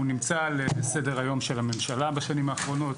הוא נמצא על סדר היום של הממשלה בשנים האחרונות